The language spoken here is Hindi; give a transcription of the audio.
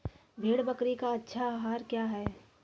भेड़ बकरी का अच्छा आहार क्या है?